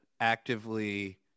actively